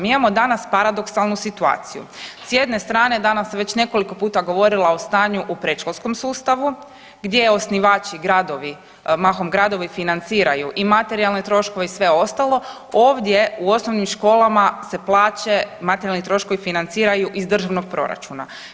Mi imamo danas paradoksalnu situaciju, s jedne strane danas sam već nekoliko puta govorila o stanju u predškolskom sustavu gdje osnivači gradovi, mahom gradovi, financiraju i materijalne troškove i sve ostalo, ovdje u osnovnim školama se plaće i materijalni troškovi financiraju iz državnog proračuna.